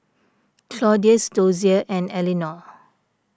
Claudius Dozier and Elinor